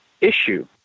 issue